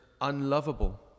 unlovable